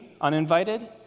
uninvited